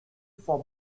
for